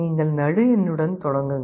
நீங்கள் நடு எண்ணுடன் தொடங்குங்கள்